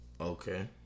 Okay